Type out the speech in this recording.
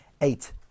Eight